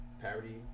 parody